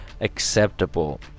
acceptable